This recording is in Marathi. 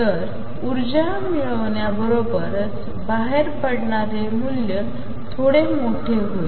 तर ऊर्जा मिळवण्याबरोबर बाहेर पडणारे मूल्य थोडे मोठे होईल